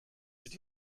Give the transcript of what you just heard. did